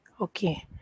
okay